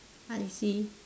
I see